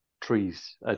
trees